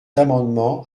amendement